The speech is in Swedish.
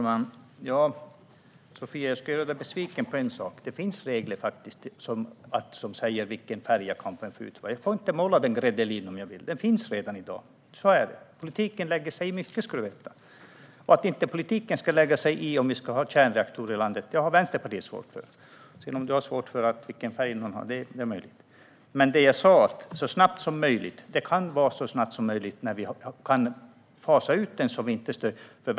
Fru talman! Jag ska göra Sofia Fölster besviken i fråga om en sak. Det finns regler som säger vilken färg jag får använda. Jag får inte måla fasaden gredelin. Reglerna finns redan i dag. Så är det. Politiken lägger sig i mycket. Vänsterpartiet har svårt för att politiken inte skulle lägga sig i om det ska finnas kärnreaktorer i landet. Sedan kan Sofia Fölster ha svårt för att politiken ska bestämma vilken färg det ska vara på fasaden. Jag sa att kärnkraften ska avvecklas så snabbt som möjligt. Det kan ske så snabbt som möjligt om den fasas ut så att det inte stör industrin.